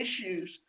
issues